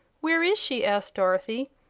where is she? asked dorothy.